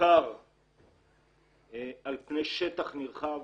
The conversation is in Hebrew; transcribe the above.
יקר על פני שטח נרחב,